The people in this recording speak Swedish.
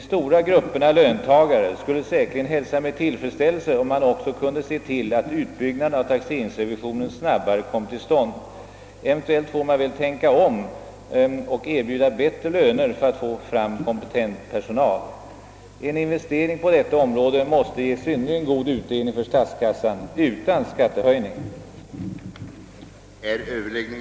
De stora grupperna löntagare skulle säkerligen hälsa med tillfredställelse, om man också kunde se till att utbyggnaden av taxeringsrevisionen snabbare kom till stånd. Eventuellt får man kanske tänka om och erbjuda bättre löner för att få kompetent personal. En investering på detta område måste ge synnerligen god utdelning för statskassan utan skattehöjning.